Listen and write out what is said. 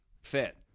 fit